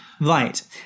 Right